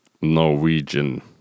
Norwegian